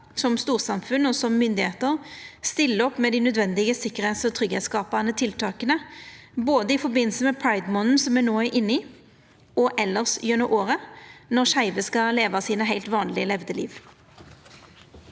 som storsamfunn og som myndigheiter stiller opp med dei nødvendige sikkerheits- og tryggleiksskapande tiltaka, både i forbindelse med pridemånaden som me no er inne i, og elles gjennom året når skeive skal leva sine heilt vanleg levde liv.